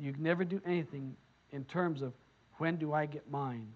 can never do anything in terms of when do i get mine